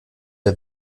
der